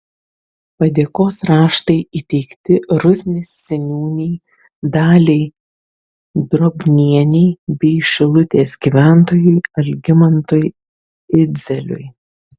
padėkos raštai įteikti rusnės seniūnei daliai drobnienei bei šilutės gyventojui algimantui idzeliui